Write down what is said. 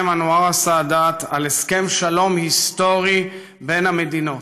אנואר א-סאדאת על הסכם שלום היסטורי בין המדינות,